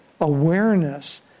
awareness